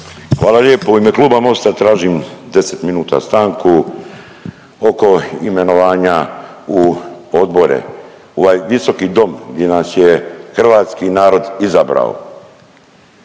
Hvala lijepo. U ime Kluba Mosta tražim 10 minuta stanku oko imenovanja u odbore u ovaj visoki dom gdje nas je hrvatski narod izabrao.